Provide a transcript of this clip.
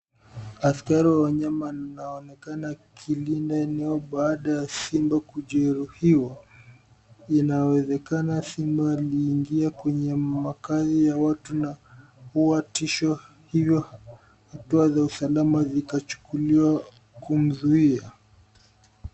Askari wa wanyama anaonekana akilinda eneo baada ya simba kujeruhiwa .Inawezekana simba aliingia kwenye makazi ya watu na ikawa tisho hivyo hatua za usalama zikachukuliwa kumzuia.